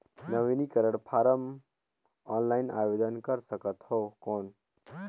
नवीनीकरण form offline आवेदन कर सकत हो कौन?